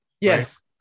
Yes